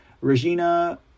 Regina